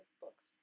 books